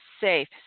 SAFE